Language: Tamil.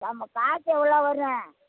நம்ம காசு எவ்வளோ வரும்